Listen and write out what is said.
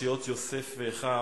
פרשיות יוסף ואחיו.